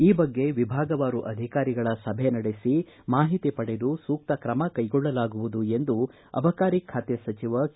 ಈ ಬಗ್ಗೆ ವಿಭಾಗವಾರು ಅಧಿಕಾರಿಗಳ ಸಭೆ ನಡೆಸಿ ಮಾಹಿತಿ ಪಡೆದು ಸೂಕ್ತ ಕ್ರಮ ಕೈಗೊಳ್ಳಲಾಗುವುದು ಎಂದು ಅಬಕಾರಿ ಖಾತೆ ಸಚಿವ ಕೆ